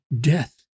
death